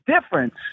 difference